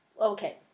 Okay